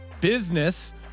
business